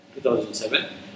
2007